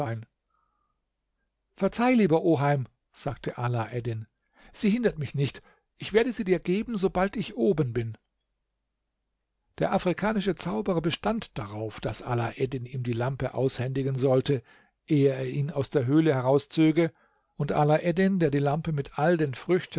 verzeih lieber oheim sagte alaeddin sie hindert mich nicht ich werde sie dir geben sobald ich oben bin der afrikanische zauberer bestand darauf daß alaeddin ihm die lampe aushändigen sollte ehe er ihn aus der höhle herauszöge und alaeddin der die lampe mit all den früchten